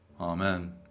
Amen